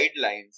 guidelines